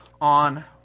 on